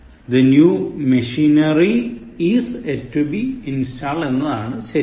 The new machinery is yet to be installed എന്നതാണ് ശരിയായത്